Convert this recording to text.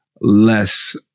less